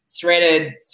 threaded